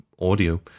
audio